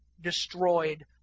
destroyed